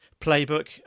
playbook